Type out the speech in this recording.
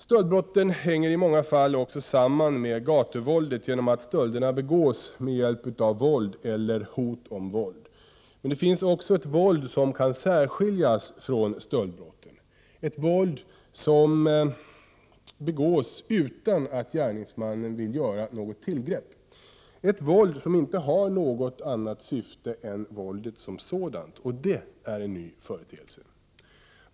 Stöldbrotten hänger också i många fall samman med gatuvåldet, eftersom stölderna begås med hjälp av våld eller hot om våld. Men det finns också ett våld som kan särskiljas från stöldbrotten, ett våld som begås utan att gärningsmannen vill göra något tillgrepp, ett våld som inte har något annat syfte än våldet som sådant. Och det är en ny företeelse.